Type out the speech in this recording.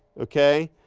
okay?